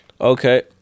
okay